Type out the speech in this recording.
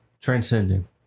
Transcending